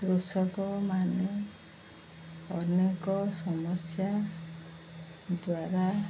କୃଷକମାନେ ଅନେକ ସମସ୍ୟା ଦ୍ୱାରା